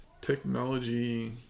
technology